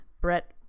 Brett